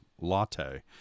latte